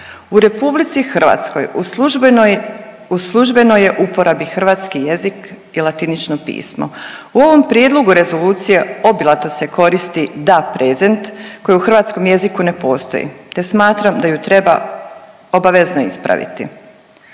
u RH u službenoj, u službenoj je uporabi hrvatski jezik i latinično pismo. U ovom prijedlogu rezolucije obilato se koristi da prezent, koji u hrvatskom jeziku ne postoji te smatram da ju treba obavezno ispraviti.